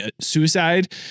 suicide